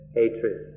hatred